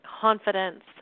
confidence